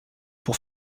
pour